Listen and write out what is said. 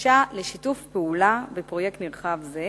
בבקשה לשיתוף פעולה בפרויקט נרחב זה,